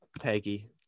peggy